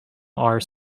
are